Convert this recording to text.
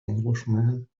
englishman